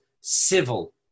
civil